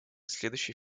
следующий